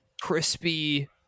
crispy